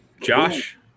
Josh